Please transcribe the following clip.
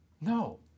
No